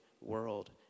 world